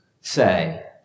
say